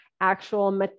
actual